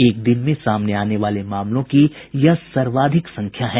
एक दिन में सामने आने वाले मामलों की यह सर्वाधिक संख्या है